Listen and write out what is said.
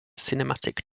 cinematic